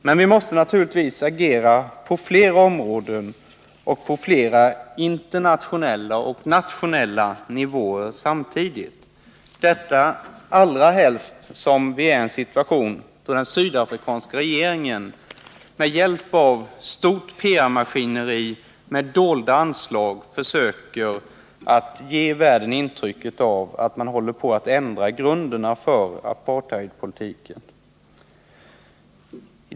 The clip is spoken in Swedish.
Men vi måste naturligtvis agera på flera områden och på flera internationella och nationella nivåer samtidigt, allra helst som vi befinner oss i en situation där den sydafrikanska regeringen med hjälp av stort PR-maskineri med dolda anslag försöker ge världen intryck av att man håller på att ändra grunderna för apartheidpolitiken.